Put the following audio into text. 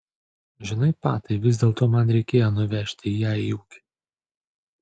žinai patai vis dėlto man reikėjo nuvežti ją į ūkį